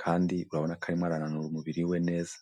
kandi urabona ka arimo arananura umubiri we neza